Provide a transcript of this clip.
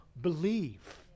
believe